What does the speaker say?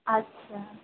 আচ্ছা